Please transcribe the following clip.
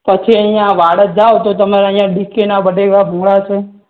પછી અહીંયાં વાડજ જાઓ તો તમે અહીંયાં ડીકેના બટેકા ભૂંગળા છે